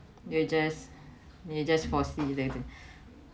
you just you just foresee